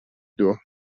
дуо